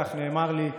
כך נאמר לי,